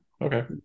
okay